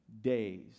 days